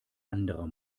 anderer